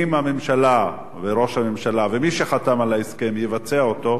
אם הממשלה וראש הממשלה ומי שחתם על ההסכם יבצע אותו,